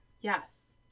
Yes